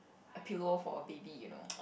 a pillow for a baby you know